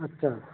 अच्छा